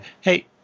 hey